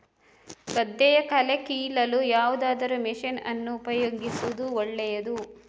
ಗದ್ದೆಯ ಕಳೆ ಕೀಳಲು ಯಾವುದಾದರೂ ಮಷೀನ್ ಅನ್ನು ಉಪಯೋಗಿಸುವುದು ಒಳ್ಳೆಯದೇ?